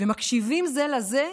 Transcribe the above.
ומקשיבים זה לזה,